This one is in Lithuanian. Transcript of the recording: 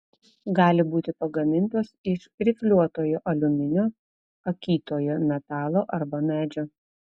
gali būti pagamintos iš rifliuotojo aliuminio akytojo metalo arba medžio